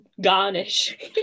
garnish